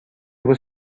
was